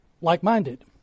Like-minded